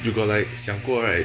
you got like 想过 right